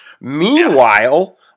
Meanwhile